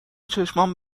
چشمام